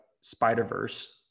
Spider-Verse